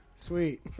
Sweet